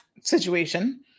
situation